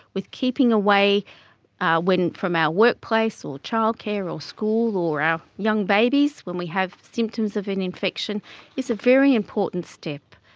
with keeping away from our workplace or childcare or school or our young babies when we have symptoms of an infection is a very important step.